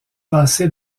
passé